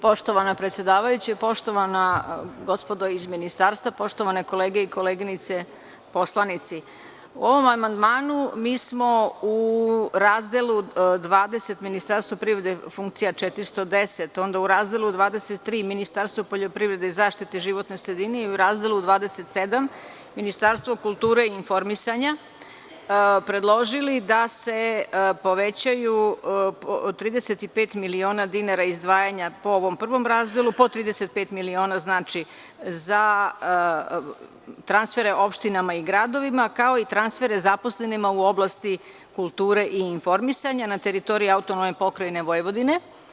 Poštovana predsedavajuća, poštovana gospodo iz Ministarstva, poštovane kolege i koleginice poslanici, ovim amandmanom mi smo u Razdelu 20 Ministarstvo privrede, Funkcija 410, onda u Razdelu 23 Ministarstvo poljoprivrede i zaštite životne sredine i u Razdelu 27 Ministarstvo kulture i informisanja predložili da se povećaju 35 miliona dinara izdvajanja po prvom razdelu, po 35 miliona za transfere opštinama i gradovima, kao i transfere zaposlenima u oblasti kulture i informisanja na teritoriji AP Vojvodine.